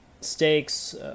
steaks